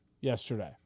yesterday